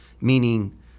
meaning